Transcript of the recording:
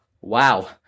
Wow